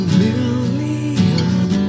million